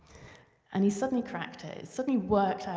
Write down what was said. and he suddenly cracked it it suddenly worked out.